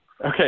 Okay